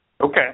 Okay